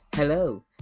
Hello